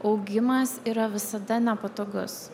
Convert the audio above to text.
augimas yra visada nepatogus